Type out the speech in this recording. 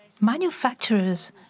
Manufacturers